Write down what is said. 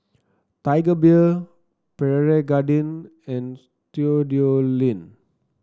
Tiger Beer Pierre Cardin and Studioline